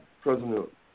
President